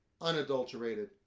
unadulterated